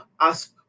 ask